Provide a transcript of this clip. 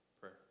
prayer